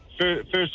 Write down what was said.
first